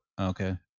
Okay